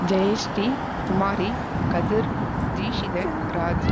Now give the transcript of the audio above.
Jayashree Kumari Kathir Dheekshithan Raji